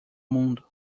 mundo